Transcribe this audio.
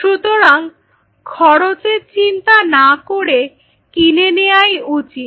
সুতরাং খরচের চিন্তা না করে কিনে নেয়াই উচিত